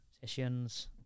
sessions